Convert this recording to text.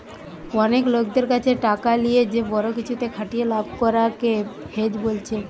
অনেক লোকদের কাছে টাকা লিয়ে যে বড়ো কিছুতে খাটিয়ে লাভ করা কে হেজ বোলছে